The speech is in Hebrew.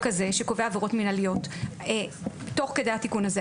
הזה שקובע עבירות מינהליות תוך כדי הדיון הזה.